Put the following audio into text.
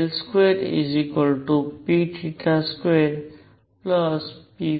L2p2p2